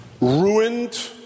ruined